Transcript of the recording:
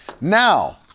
now